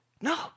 No